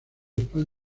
españa